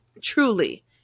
truly